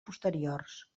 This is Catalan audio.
posteriors